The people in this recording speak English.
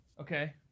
Okay